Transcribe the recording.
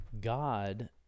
God